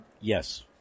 Yes